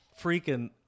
freaking